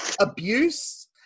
abuse